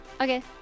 Okay